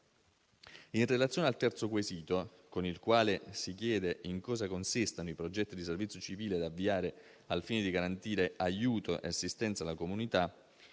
In relazione al terzo quesito, con il quale si chiede in cosa consistano i progetti di servizio civile da avviare al fine di garantire aiuto e assistenza alla comunità,